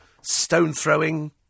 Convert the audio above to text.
stone-throwing